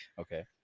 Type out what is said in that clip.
Okay